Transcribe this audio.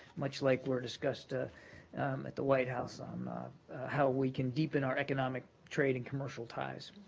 much like were discussed ah at the white house on how we can deepen our economic, trade, and commercial ties.